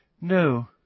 No